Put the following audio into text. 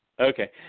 Okay